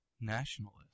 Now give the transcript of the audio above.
nationalist